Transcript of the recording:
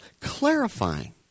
clarifying